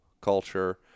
culture